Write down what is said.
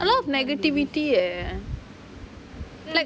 a lot of negativity eh like